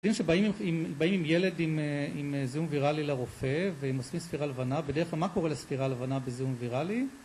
ילדים שבאים עם ילד עם זיהום ויראלי לרופא והם עושים ספירה לבנה, בדרך כלל מה קורה לספירה לבנה בזיהום ויראלי?